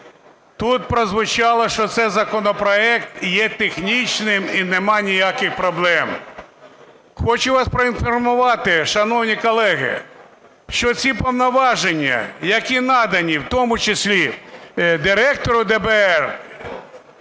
Тут прозвучало, що це законопроект є технічним і нема ніяких проблем. Хочу вас проінформувати, шановні колеги, що ці повноваження, які надані в тому числі директору ДБР,